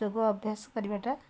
ଯୋଗ ଅଭ୍ୟାସ କରିବାଟା